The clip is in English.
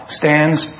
stands